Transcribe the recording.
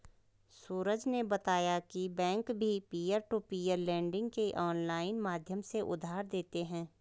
सूरज ने बताया की बैंक भी पियर टू पियर लेडिंग के ऑनलाइन माध्यम से उधार देते हैं